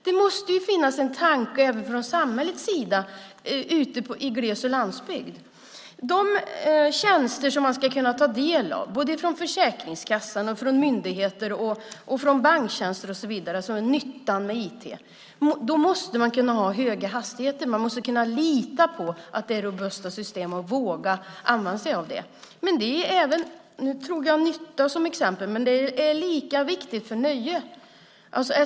Det måste ju finnas en tanke även från samhällets sida om gles och landsbygd. De tjänster som man ska kunna ta del av, både från Försäkringskassan, från myndigheter, från banker och så vidare - nyttan med IT - kräver höga hastigheter. Man måste kunna lita på att systemen är robusta och våga använda sig av dem. Nu tog jag nytta som exempel, men det är lika viktigt för nöje.